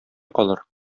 калыр